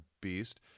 beast